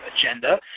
agenda